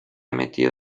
emitido